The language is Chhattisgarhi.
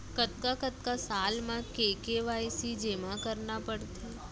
कतका कतका साल म के के.वाई.सी जेमा करना पड़थे?